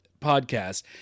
podcast